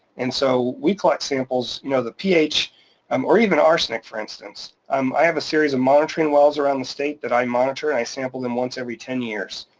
and so we collect samples, you know the ph um or even arsenic, for instance. um i have a series of monitoring wells around the state that i monitor, and i sample them once every ten years.